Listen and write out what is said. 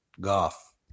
golf